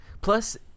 Plus